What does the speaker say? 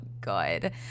good